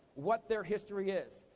what their history is,